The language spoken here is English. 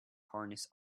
harness